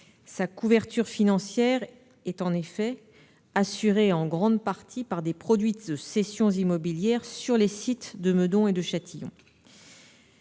Sa couverture financière est en effet assurée en grande partie par des produits de cessions immobilières sur les sites de Meudon et de Châtillon.